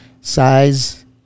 Size